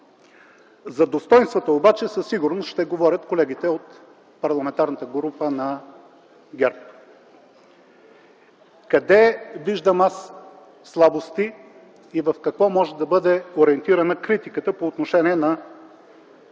За достойнствата обаче със сигурност ще говорят колегите от Парламентарната група на ГЕРБ. Къде виждам слабости и в какво може да бъде ориентирана критиката по отношение на